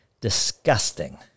Disgusting